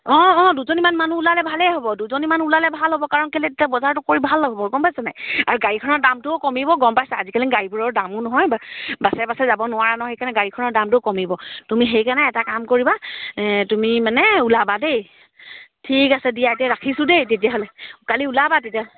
অঁ অঁ দুজনীমান মানুহ ওলালে ভালেই হ'ব দুজনীমান ওলালে ভাল হ'ব কাৰণ কেলৈ তেতিয়া বজাৰটো কৰি ভাল হ'ব গম পাইছানে আৰু গাড়ীখনৰ দামটোও কমিব গম পাইছা আজিকালি গাড়ীবোৰৰ দামো নহয় বাছে বাছে যাব নোৱাৰা নহয় সেইকাৰণে গাড়ীখনৰ দামটো কমিব তুমি সেইকাৰণে এটা কাম কৰিবা তুমি মানে ওলাবা দেই ঠিক আছে দিয়া এতিয়া ৰাখিছোঁ দেই তেতিয়াহ'লে কালি ওলাবা তেতিয়া